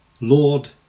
lord